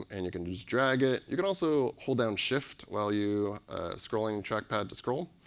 and you can just drag it. you can also hold down shift while you scrolling trackpad to scroll.